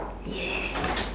!yay!